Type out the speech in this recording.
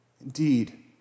Indeed